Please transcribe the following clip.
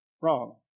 wrong